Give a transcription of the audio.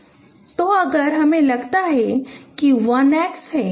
तो अगर हमे लगता है कि आयाम 1 x है और आयाम 2 y है